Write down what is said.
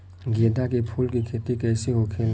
गेंदा के फूल की खेती कैसे होखेला?